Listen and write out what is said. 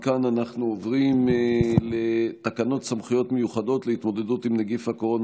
מכאן אנחנו עובדים לתקנות סמכויות מיוחדות להתמודדות עם נגיף הקורונה